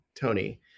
Tony